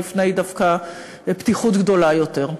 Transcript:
לפני פתיחות גדולה יותר,